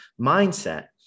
mindset